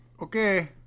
okay